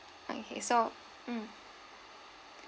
okay so mm